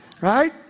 Right